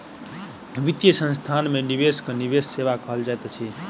वित्तीय संस्थान में निवेश के निवेश सेवा कहल जाइत अछि